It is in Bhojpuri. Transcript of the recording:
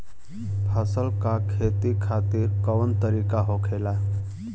फसल का खेती खातिर कवन तरीका होखेला?